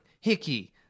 Hickey